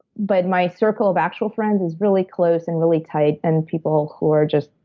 but my circle of actual friends is really close and really tight, and people who are just,